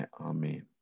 amen